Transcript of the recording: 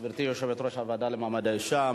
גברתי יושבת-ראש הוועדה למעמד האשה.